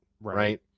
right